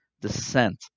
descent